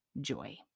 joy